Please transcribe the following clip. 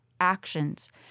actions